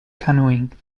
canoeing